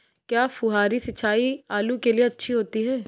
क्या फुहारी सिंचाई आलू के लिए अच्छी होती है?